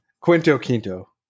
Quinto-quinto